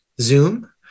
Zoom